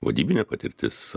vadybinė patirtis